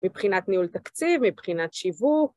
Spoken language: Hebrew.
מבחינת ניהול תקציב, מבחינת שיווק